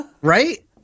right